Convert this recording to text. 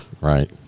Right